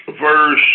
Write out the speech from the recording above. verse